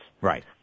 Right